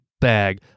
bag